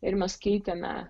ir mes skaitėme